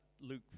Luke